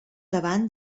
davant